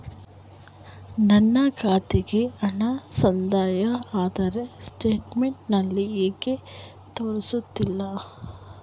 ನನ್ನ ಖಾತೆಗೆ ಹಣ ಸಂದಾಯ ಆದರೆ ಸ್ಟೇಟ್ಮೆಂಟ್ ನಲ್ಲಿ ಯಾಕೆ ತೋರಿಸುತ್ತಿಲ್ಲ?